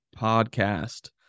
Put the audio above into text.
podcast